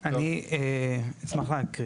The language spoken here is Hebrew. אני אשמח להקריא.